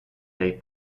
dai